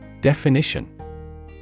Definition